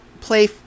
play